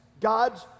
God's